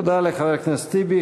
תודה לחבר הכנסת אחמד טיבי.